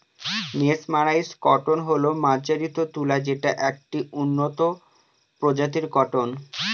mesmerised cotton হল মার্জারিত তুলা যেটা একটি উন্নত প্রজাতির কটন